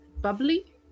bubbly